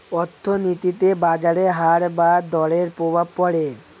অর্থনীতিতে বাজারের হার বা দরের প্রভাব পড়ে